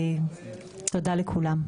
תודה לכולם.